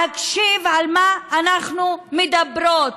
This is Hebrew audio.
להקשיב על מה אנחנו מדברות,